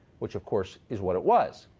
which, of course, is what it was.